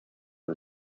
del